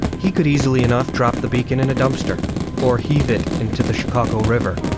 he could easily enough drop the beacon in a dumpster or heave it into the chicago river